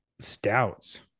stouts